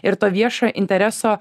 ir to viešo intereso